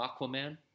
Aquaman